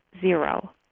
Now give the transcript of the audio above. zero